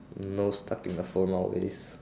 nose stuck in the phone always